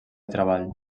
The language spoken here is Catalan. treball